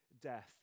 death